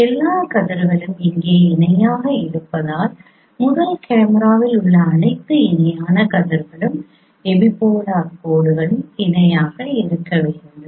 எல்லா கதிர்களும் இங்கே இணையாக இருப்பதால் முதல் கேமராவில் உள்ள அனைத்து இணையான கதிர்களும் எபிபோலார் கோடுகளும் இணையாக இருக்க வேண்டும்